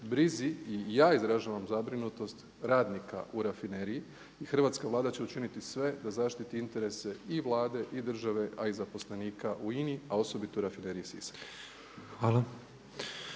brizi i ja izražavam zabrinutost radnika u rafineriji i hrvatska Vlada će učiniti sve da zaštiti interese i Vlade i države a i zaposlenika u INA-e a osobito u rafineriji Sisak.